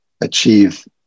achieve